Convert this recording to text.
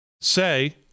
say